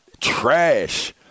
Trash